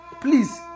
Please